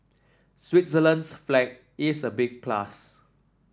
Switzerland's flag is a big plus